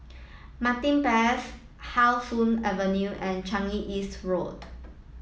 Martin Place How Soon Avenue and Changi East Road